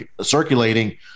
circulating